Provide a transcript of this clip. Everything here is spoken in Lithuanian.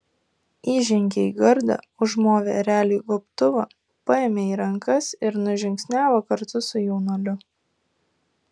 įžengė į gardą užmovė ereliui gobtuvą paėmė į rankas ir nužingsniavo kartu su jaunuoliu